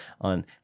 on